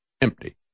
empty